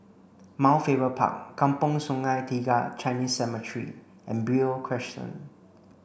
Mount Faber Park Kampong Sungai Tiga Chinese Cemetery and Beo Crescent